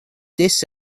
this